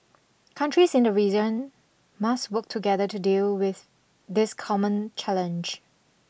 countries in the region must work together to deal with this common challenge